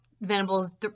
Venables